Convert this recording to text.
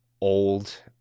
old